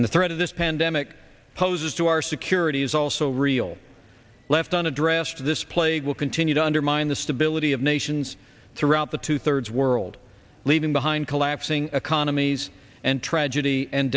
and the threat of this pandemic poses to our security is also real left unaddressed this plague will continue to undermine the stability of nations throughout the two thirds world leaving behind collapsing economies and tragedy and